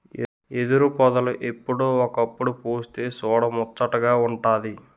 ఎదురుపొదలు ఎప్పుడో ఒకప్పుడు పుస్తె సూడముచ్చటగా వుంటాది